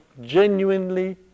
genuinely